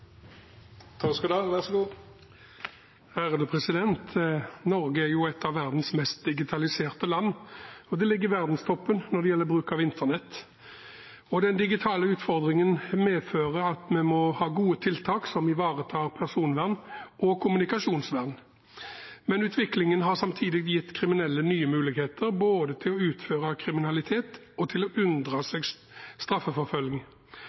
gjelder bruk av internett. Den digitale utfordringen medfører at vi må ha gode tiltak som ivaretar personvernet og kommunikasjonsvernet. Men utviklingen har samtidig gitt kriminelle nye muligheter, både til å utføre kriminalitet og til å